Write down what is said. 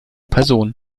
person